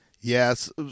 Yes